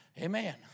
amen